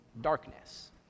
darkness